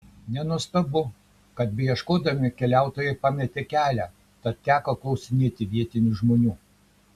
nenuostabu kad beieškodami keliautojai pametė kelią tad teko klausinėti vietinių žmonių